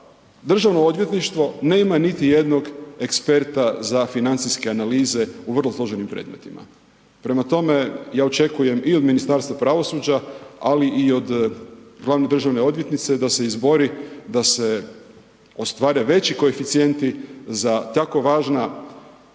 Državno odvjetništvo nema niti jednog eksperta za financijske analize u vrlo složenim predmetima. Prema tome, ja očekujem i od Ministarstva pravosuđa ali i od glavne državne odvjetnice da se izbori da se ostvare veći koeficijenti za tako važna